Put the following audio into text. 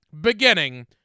beginning